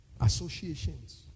associations